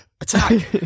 Attack